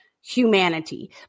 humanity